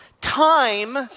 Time